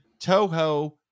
Toho